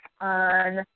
on